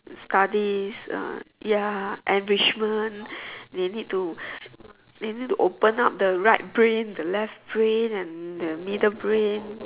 studies uh ya enrichment they need to they need to open up the right brain the left brain and the middle brain